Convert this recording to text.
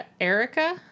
Erica